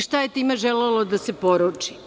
Šta je time želelo da se poruči?